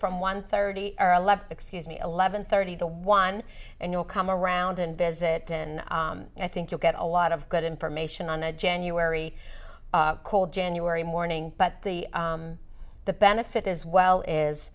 from one thirty or eleven excuse me eleven thirty one and you'll come around and visit and i think you'll get a lot of good information on a january cold january morning but the the benefit as well is